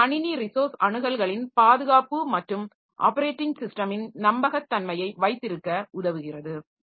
இது கணினி ரிசோர்ஸ் அணுகல்களின் பாதுகாப்பு மற்றும் ஆப்பரேட்டிங் சிஸ்டமின் நம்பகத்தன்மையை வைத்திருக்க உதவுகிறது